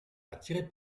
attiré